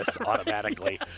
automatically